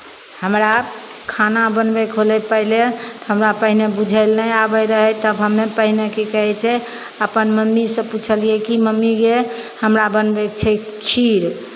हमरा खाना बनबयके होलय पहिले तऽ हमरा पहिने बुझय लए नहि आबैत रहय तऽ हमे पहिने की कहै छै अपन मम्मीसँ पुछलियै कि मम्मी गै हमरा बनबयके छै खीर